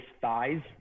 thighs